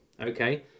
okay